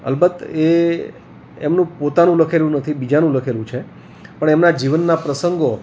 અલબત એ એમનું પોતાનું લખેલું નથી બીજાનું લખેલું છે પણ એમનાં જીવનનાં પ્રસંગો